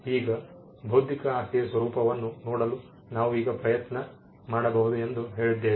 ಈಗ ಬೌದ್ಧಿಕ ಆಸ್ತಿಯ ಸ್ವರೂಪವನ್ನು ನೋಡಲು ನಾವು ಈಗ ಪ್ರಯತ್ನ ಮಾಡಬಹುದು ಎಂದು ಹೇಳಿದ್ದೇವೆ